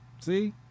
see